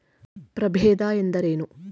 ಪ್ರಭೇದ ಎಂದರೇನು?